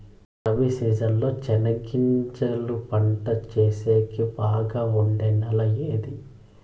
Rabi season లో చెనగగింజలు పంట సేసేకి బాగా ఉండే నెల ఏది?